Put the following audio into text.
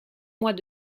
mois